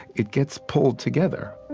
it gets pulled together